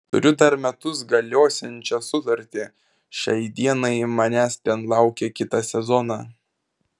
turiu dar metus galiosiančią sutartį šiai dienai manęs ten laukia kitą sezoną